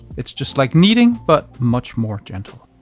it's just like kneading but much more gentle.